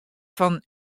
fan